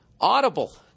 Audible